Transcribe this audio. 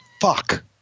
fuck